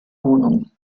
wohnung